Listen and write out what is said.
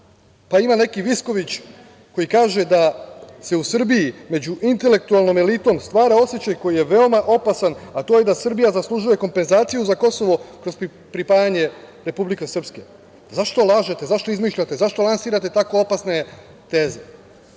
ima neki Visković, koji kaže da se u Srbiji među intelektualnom elitom stvara osećaj koji je veoma opasan, a to je da Srbija zaslužuje kompenzaciju za Kosovo kroz pripajanje Republike Srpske. Zašto lažete? Zašto izmišljate? Zašto lansirate tako opasne teze? Pa,